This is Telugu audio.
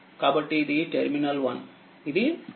కాబట్టిఇది టెర్మినల్1ఇది టెర్మినల్2